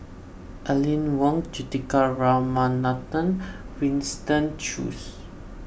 Aline Wong Juthika Ramanathan Winston Choos